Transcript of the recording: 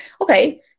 okay